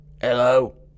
Hello